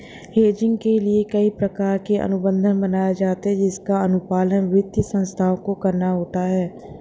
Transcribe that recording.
hedging के लिए कई प्रकार के अनुबंध बनाए जाते हैं जिसका अनुपालन वित्तीय संस्थाओं को करना होता है